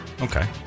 Okay